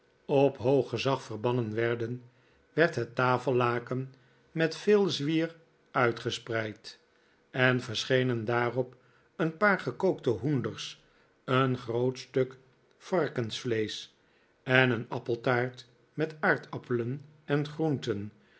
op hoog gezag verbannen werden werd het tafellaken met veel zwier uitgespreid en verschenen daarop een paar gekookte hoenders een groot stuk varkensvleesch en een appeltaart met aardappelen en groenten